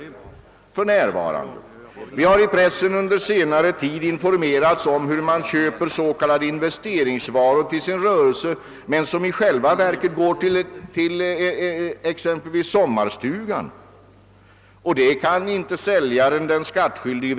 Vi har under senare tid i pressen informerats om hur folk köper s.k. investeringsvaror till sin rörelse, vilka dock i själva verket går till exempelvis sommarstugan, utan att den skattskyldige, säljaren, får vetskap om detta.